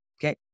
okay